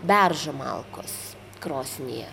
beržo malkos krosnyje